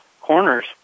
corners